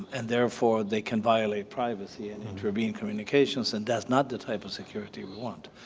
and therefore they can violate privacy and intervene communications, and that's not the type of security we want.